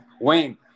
wayne